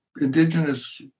indigenous